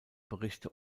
berichte